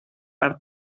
per